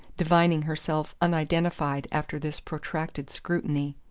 divining herself unidentified after this protracted scrutiny.